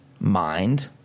mind